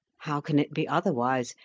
how can it be otherwise,